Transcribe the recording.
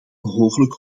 behoorlijk